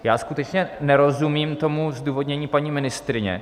Já skutečně nerozumím zdůvodnění paní ministryně.